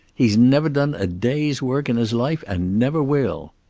he's never done a day's work in his life and never will.